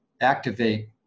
activate